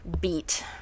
beat